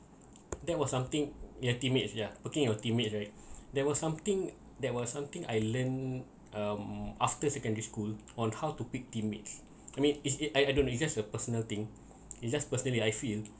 that was something your teammates yeah picking your teammates right there was something that was something I learn um after secondary school on how to pick teammates I mean is is I don't know it's just a personal thing it's just personally I feel